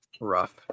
Rough